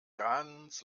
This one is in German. ganz